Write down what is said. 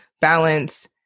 balance